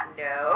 no